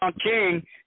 king